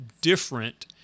different